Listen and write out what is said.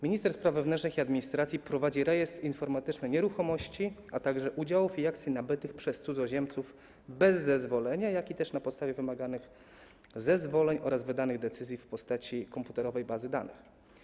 Minister Spraw Wewnętrznych i Administracji prowadzi rejestr informatyczny nieruchomości, a także udziałów i akcji nabytych przez cudzoziemców bez zezwolenia, jak też na podstawie wymaganych zezwoleń oraz wydanych decyzji - w postaci komputerowej bazy danych.